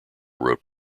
wrote